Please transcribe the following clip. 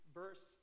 verse